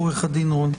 עו"ד שרון.